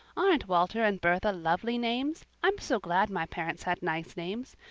aren't walter and bertha lovely names? i'm so glad my parents had nice names.